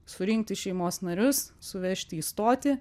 surinkti šeimos narius suvežti į stotį